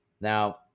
now